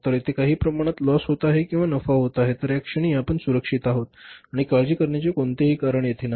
तर येथे काही प्रमाणात लॉस होत आहे किंवा नफा होत आहे तर या क्षणी आपण सुरक्षित आहोत आणि काळजी करण्याचे कोणतेही कारण येथे नाही